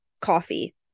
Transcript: coffee